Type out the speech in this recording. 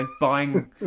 buying